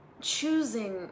choosing